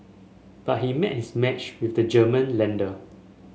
but he met his match with the German lender